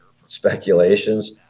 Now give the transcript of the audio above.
speculations